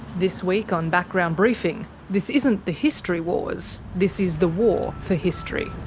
this week on background briefing this isn't the history wars, this is the war for history.